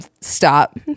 stop